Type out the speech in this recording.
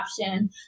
option